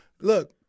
look